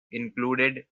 included